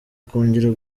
kongera